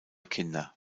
kinder